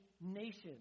nations